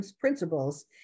principles